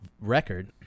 record